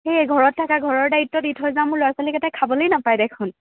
সেই ঘৰত থাকা ঘৰৰ দায়িত্ব দি থৈ যাওঁ মোৰ ল'ৰা ছোৱালীকেইটাই খাবলেই নেপায় দেখোন